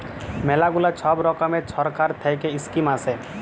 ম্যালা গুলা ছব রকমের ছরকার থ্যাইকে ইস্কিম আসে